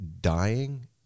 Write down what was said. dying